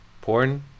Porn